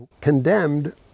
condemned